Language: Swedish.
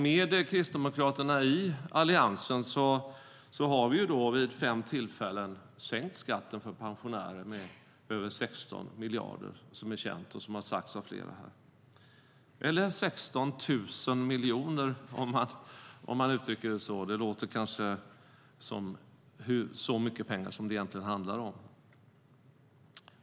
Med Kristdemokraterna i alliansregeringen har vi vid fem tillfällen sänkt skatten för pensionärer med sammanlagt över 16 miljarder, vilket är känt och också har nämnts av flera i debatten. Man kan också uttrycka det så att vi sänkt skatten med 16 000 miljoner; det visar kanske bättre hur mycket pengar det egentligen handlar om.